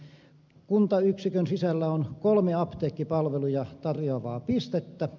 elikkä kuntayksikön sisällä on kolme apteekkipalveluja tarjoavaa pistettä